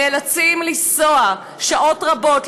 נאלצים לנסוע שעות רבות,